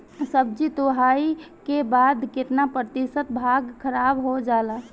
सब्जी तुराई के बाद केतना प्रतिशत भाग खराब हो जाला?